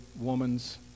woman's